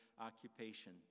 occupation